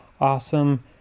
awesome